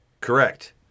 Correct